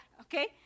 okay